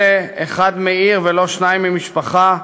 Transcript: אלה, אחד מעיר ולא שניים ממשפחה,